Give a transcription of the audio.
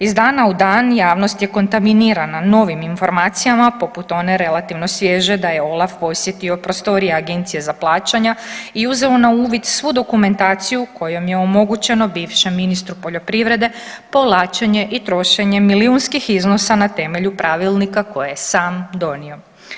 Iz dana u dan javnost je kontaminirana novim informacijama poput one relativno svježe da je OLAF posjetio prostorije Agencije za plaćanja i uzeo n a uvid svu dokumentaciju kojom je omogućeno bivšem ministru poljoprivrede povlačenje i trošenje milijunskih iznosa na temelju pravilnika koje je sam donio.